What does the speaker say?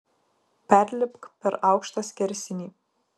perlipk per aukštą skersinį